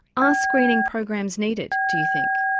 ah screening programs needed do you think?